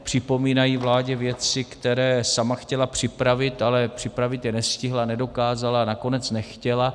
Připomínají vládě věci, které sama chtěla připravit, ale připravit je nestihla, nedokázala, nakonec nechtěla.